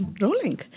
rolling